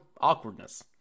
awkwardness